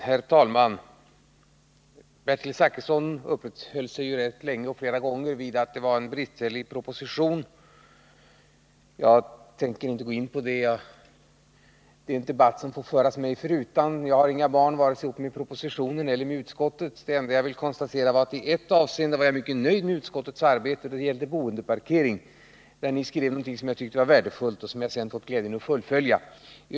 Herr talman! Bertil Zachrisson uppehöll sig rätt länge och flera gånger vid att det var en bristfällig proposition. Jag tänker inte gå in på det. Det är en debatt som får föras mig förutan. Jag har inga barn ihop med vare sig propositionen eller utskottsbetänkandet. 'Det enda jag vill konstatera är att jag i ett avseende varit mycket nöjd med utskottets arbete, och det gäller boendeparkering. Där skrev utskottet någonting som jag tyckte var värdefullt och som jag sedan fått glädjen att fullfölja.